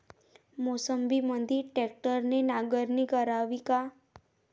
मोसंबीमंदी ट्रॅक्टरने नांगरणी करावी का?